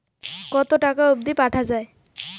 কতো টাকা অবধি পাঠা য়ায়?